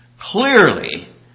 clearly